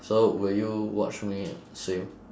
so will you watch me swim